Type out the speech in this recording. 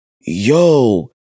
yo